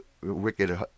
wicked